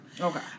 Okay